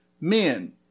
Men